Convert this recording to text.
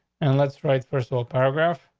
and let's write personal paragraph,